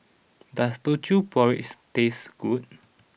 does Teochew Porridge taste good